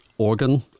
organ